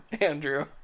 Andrew